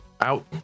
out